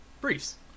briefs